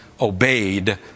obeyed